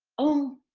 oh!